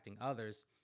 others